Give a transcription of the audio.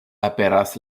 aperas